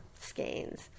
skeins